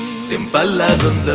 simple love